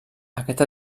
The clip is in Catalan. aquest